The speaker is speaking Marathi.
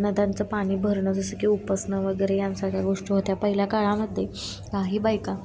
नद्यांचं पाणी भरणं जसं की उपसणं वगैरे यासारख्या गोष्टी होत्या पहिल्या काळामध्ये काही बायका